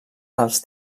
els